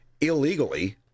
illegally